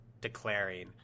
declaring